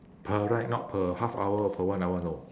per ride not per half hour or per one hour no